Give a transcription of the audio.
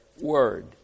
word